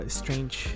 strange